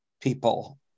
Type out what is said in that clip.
people